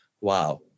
wow